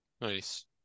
Nice